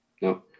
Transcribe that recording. No